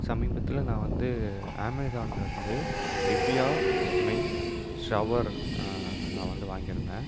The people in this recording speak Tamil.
சமீபத்தில் நான் வந்து அமேசான்லேருந்து நிவ்யா மென் ஷவர் நான் வந்து வாங்கியிருந்தேன்